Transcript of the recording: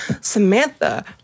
Samantha